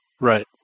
Right